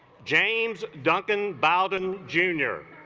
james duncan bowden juniors